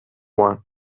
one